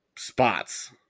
Spots